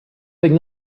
big